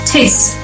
Taste